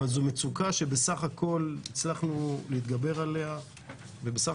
אבל זו מצוקה שהצלחנו להתגבר עליה ובסך